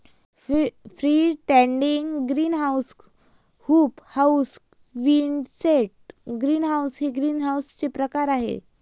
free standing greenhouse, hoop house, quonset greenhouse हे ग्रीनहाऊसचे प्रकार आहे